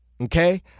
okay